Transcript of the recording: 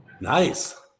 nice